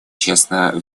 честно